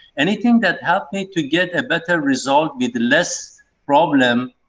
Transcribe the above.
anything that helps me to get a better result with less problem,